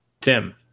Tim